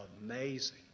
amazing